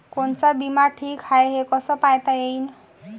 कोनचा बिमा ठीक हाय, हे कस पायता येईन?